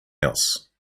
else